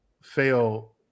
fail